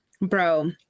Bro